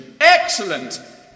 excellent